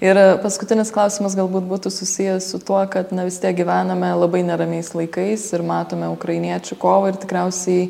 ir paskutinis klausimas galbūt būtų susijęs su tuo kad na vis tiek gyvename labai neramiais laikais ir matome ukrainiečių kovą ir tikriausiai